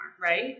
right